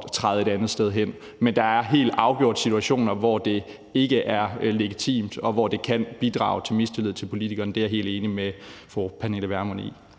at træde et andet sted hen. Men der er helt afgjort situationer, hvor det ikke er legitimt, og hvor det kan bidrage til mistillid til politikerne. Det er jeg helt enig med fru Pernille Vermund i.